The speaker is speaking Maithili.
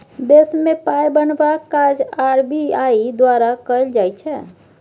देशमे पाय बनेबाक काज आर.बी.आई द्वारा कएल जाइ छै